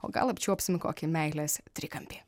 o gal apčiuopsim kokį meilės trikampį